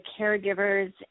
caregivers